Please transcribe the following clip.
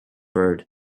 bird